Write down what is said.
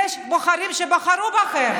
יש בוחרים שבחרו בכם.